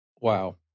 Wow